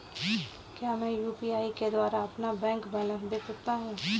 क्या मैं यू.पी.आई के द्वारा अपना बैंक बैलेंस देख सकता हूँ?